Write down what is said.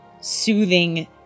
soothing